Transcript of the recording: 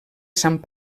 sant